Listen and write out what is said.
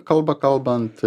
kalba kalbant